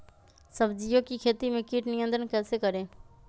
सब्जियों की खेती में कीट नियंत्रण कैसे करें?